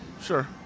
sure